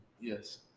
Yes